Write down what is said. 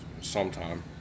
sometime